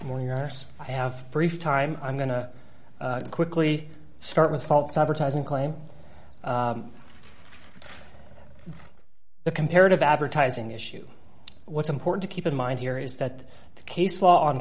more yours i have brief time i'm going to quickly start with false advertising claim the comparative advertising issue what's important to keep in mind here is that the case law on